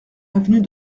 avenue